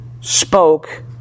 spoke